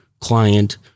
client